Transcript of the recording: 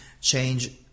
change